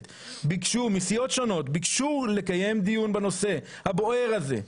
מסיעות שונות ביקשו לקיים דיון בנושא הבוער הזה,